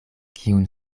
kiun